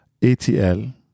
ATL